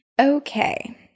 okay